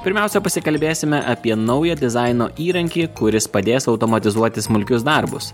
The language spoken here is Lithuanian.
pirmiausia pasikalbėsime apie naują dizaino įrankį kuris padės automatizuoti smulkius darbus